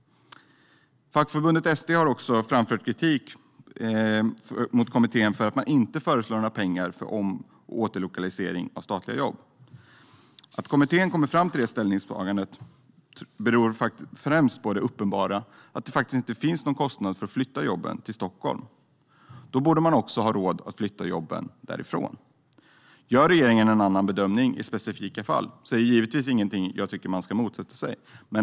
Fackförbundet ST har också framfört kritik mot kommittén för att den inte föreslår några pengar för om och återlokalisering av statliga jobb. Att kommittén kom fram till det ställningstagandet beror främst på det uppenbara att det inte finns någon kostnad för att flytta jobben till Stockholm. Då borde man också ha råd att flytta jobben därifrån. Gör regeringen en annan bedömning i specifika fall är det givetvis ingenting jag tycker att man ska motsätta sig.